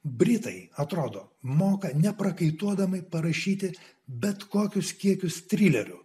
britai atrodo moka neprakaituodama parašyti bet kokius kiekius trilerių